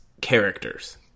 characters